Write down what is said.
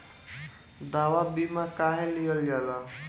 दवा बीमा काहे लियल जाला?